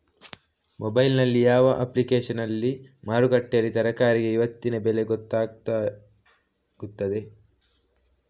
Mobile ನಲ್ಲಿ ಯಾವ ಅಪ್ಲಿಕೇಶನ್ನಲ್ಲಿ ಮಾರುಕಟ್ಟೆಯಲ್ಲಿ ತರಕಾರಿಗೆ ಇವತ್ತಿನ ಬೆಲೆ ಗೊತ್ತಾಗುತ್ತದೆ?